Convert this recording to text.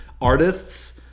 artists